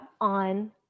on